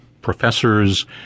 professors